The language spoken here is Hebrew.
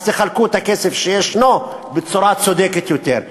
אז תחלקו את הכסף שיש בצורה צודקת יותר.